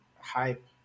Hype